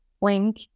Wink